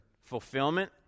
fulfillment